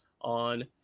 on